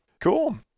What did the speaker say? Cool